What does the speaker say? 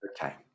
Okay